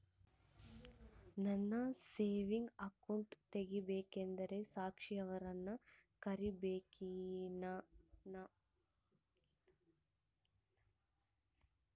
ನಾನು saving account ತೆಗಿಬೇಕಂದರ ಸಾಕ್ಷಿಯವರನ್ನು ಕರಿಬೇಕಿನ್ರಿ?